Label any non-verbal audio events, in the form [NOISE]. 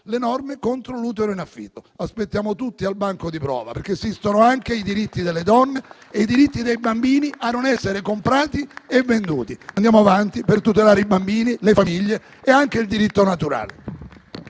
le norme contro l'utero in affitto. Aspettiamo tutti al banco di prova, [APPLAUSE] perché esistono anche i diritti delle donne e i diritti dei bambini a non essere comprati e venduti. Andiamo avanti per tutelare i bambini, le famiglie e anche il diritto naturale.